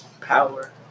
power